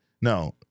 No